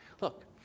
Look